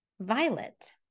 violet